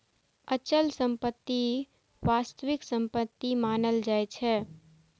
अचल संपत्ति वास्तविक संपत्ति मानल जाइ छै